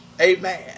Amen